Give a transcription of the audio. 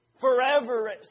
Forever